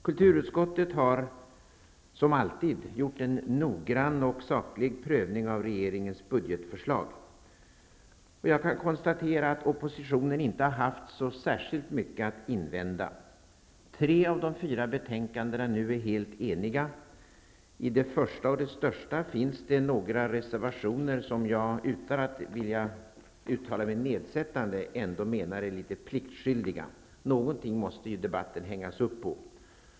Kulturutskottet har som alltid gjort en nogrann och saklig prövning av regeringens budgetförslag. Jag kan konstatera att oppositionen inte har haft så särskilt mycket att invända. Tre av de fyra betänkandena är helt eniga. I det första och det största finns det några reservationer som jag, utan att vilja uttala mig nedsättande, menar är litet pliktskyldiga. Någonting måste ju debatten hängas upp på.